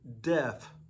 death